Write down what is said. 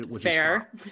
fair